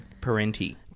Parenti